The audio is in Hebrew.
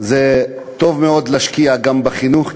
זה טוב מאוד להשקיע גם בחינוך,